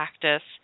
practice